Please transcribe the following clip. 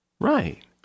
Right